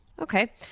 Okay